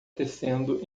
tecendo